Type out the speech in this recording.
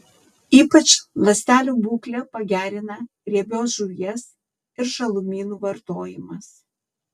ypač ląstelių būklę pagerina riebios žuvies ir žalumynų vartojimas